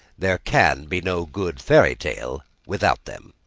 there can be no good fairy tale without them.